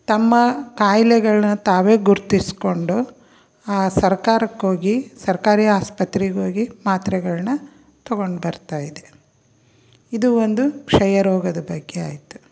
ತಮ್ಮ ಖಾಯಿಲೆಗಳ್ನ ತಾವೇ ಗುರ್ತಿಸಿಕೊಂಡು ಸರ್ಕಾರಕ್ಕೋಗಿ ಸರ್ಕಾರಿ ಆಸ್ಪತ್ರೆಗೋಗಿ ಮಾತ್ರೆಗಳನ್ನ ತೊಗೊಂಡು ಬರ್ತಾಯಿದೆ ಇದು ಒಂದು ಕ್ಷಯರೋಗದ ಬಗ್ಗೆ ಆಯಿತು